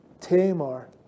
Tamar